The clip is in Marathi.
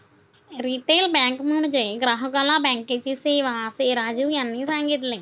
रिटेल बँक म्हणजे ग्राहकाला बँकेची सेवा, असे राजीव यांनी सांगितले